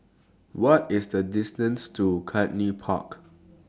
What IS The distance to Cluny Park